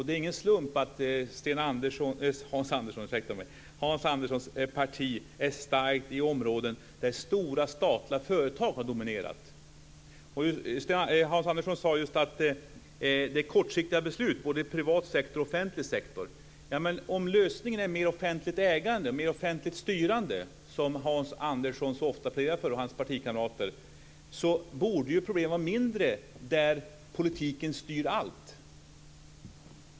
Det är ingen slump att Hans Anderssons parti är starkt i områden där stora statliga företag har dominerat. Hans Andersson sade just att det är kortsiktiga beslut både i privat sektor och i offentlig sektor. Men om lösningen är mer offentligt ägande och mer offentligt styrande, som Hans Andersson och hans partikamrater så ofta pläderar för, borde ju problemen vara mindre där politiken styr allt.